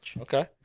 Okay